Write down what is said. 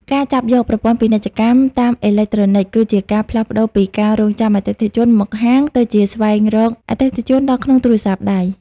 ការចាប់យក ប្រព័ន្ធពាណិជ្ជកម្មតាមអេឡិចត្រូនិក គឺជាការផ្លាស់ប្តូរពីការរង់ចាំអតិថិជនមកហាង ទៅជាការស្វែងរកអតិថិជនដល់ក្នុងទូរស័ព្ទដៃ។